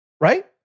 Right